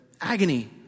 agony